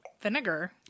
vinegar